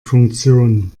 funktion